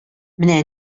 менә